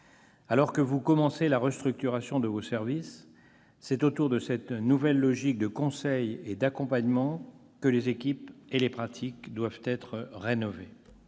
Alors que vous commencez la restructuration de vos services, c'est autour de cette nouvelle logique de conseil et d'accompagnement que les équipes et les pratiques doivent être rénovées.